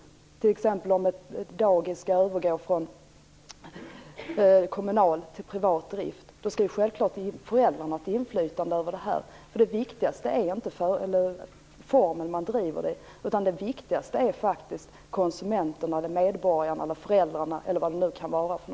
Om t.ex. ett dagis skall övergå från att drivas kommunalt till att drivas privat skall självfallet föräldrarna ha ett inflytande över det. Det viktigaste är inte vilken form man har. Det viktigaste är konsumenterna, medborgarna, föräldrarna osv.